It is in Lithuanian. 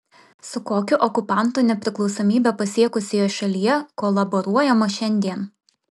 su kokiu okupantu nepriklausomybę pasiekusioje šalyje kolaboruojama šiandien